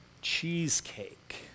cheesecake